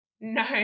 no